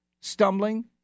stumbling